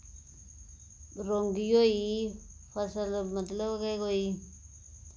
रौंगी होई गेई फसल मतलब के कोई